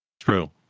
True